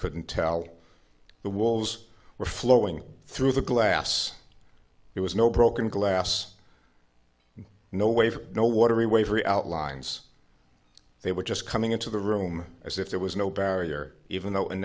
couldn't tell the wolves were flowing through the glass there was no broken glass no wave no watery wavery outlines they were just coming into the room as if there was no barrier even though